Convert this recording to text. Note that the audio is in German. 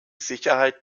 sicherheit